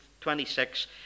26